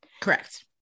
Correct